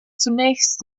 zunächst